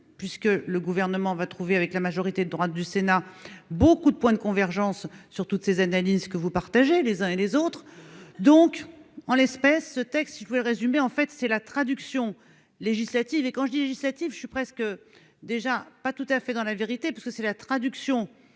puisque le gouvernement va trouver avec la majorité de droite du sénat beaucoup de points de convergences sur toutes ces analyses que vous partagez les uns et les autres, donc en l'espèce ce texte si voulez résumer, en fait, c'est la traduction législative et quand je dis je suis presque déjà pas tout à fait dans la vérité, parce que c'est la traduction